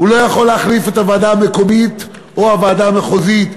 הוא לא יכול להחליף את הוועדה המקומית או הוועדה המחוזית,